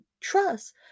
trust